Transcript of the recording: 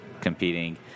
competing